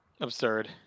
Absurd